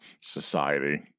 society